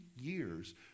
years